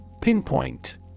Pinpoint